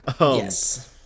Yes